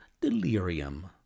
delirium